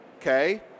okay